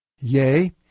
Yea